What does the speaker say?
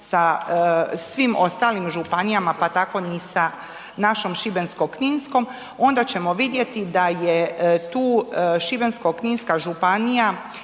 sa svim ostalim županijama, pa tako ni sa našom Šibensko-kninskom, onda ćemo vidjeti da je tu Šibensko-kninska županija